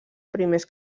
primers